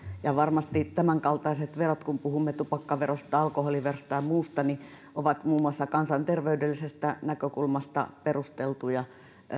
ja varmasti tämänkaltaiset verot kun puhumme tupakkaverosta alkoholiverosta ja muista ovat muun muassa kansanterveydellisestä näkökulmasta perusteltuja